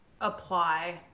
apply